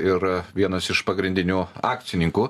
ir vienas iš pagrindinių akcininkų